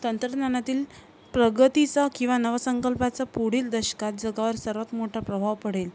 तंत्रज्ञानातील प्रगतीचा किंवा नवसंकल्पाचा पुढील दशकात जगावर सर्वात मोठा प्रभाव पडेल